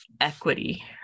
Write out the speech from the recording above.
equity